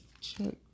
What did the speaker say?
check